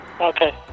Okay